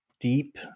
deep